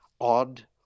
odd